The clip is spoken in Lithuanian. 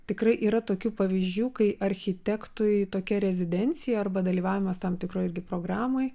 tikrai yra tokių pavyzdžių kai architektui tokia rezidencija arba dalyvavimas tam tikroj irgi programoj